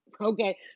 Okay